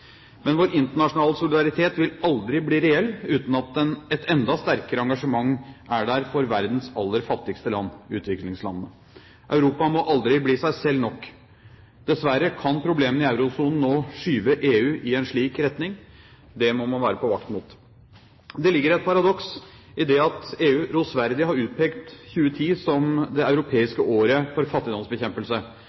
Men vår internasjonale solidaritet vil aldri bli reell uten at et enda sterkere engasjement er der for verdens aller fattigste land, utviklingslandene. Europa må aldri bli seg selv nok. Dessverre kan problemene i eurosonen nå skyve EU i en slik retning. Det må man være på vakt mot. Det ligger et paradoks i det at EU rosverdig har utpekt 2010 som det europeiske året for fattigdomsbekjempelse,